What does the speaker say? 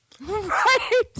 Right